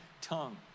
tongue